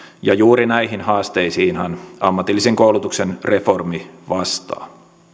juuri näihin haasteisiinhan ammatillisen koulutuksen reformi vastaa